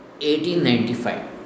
1895